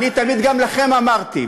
אני תמיד גם לכם אמרתי,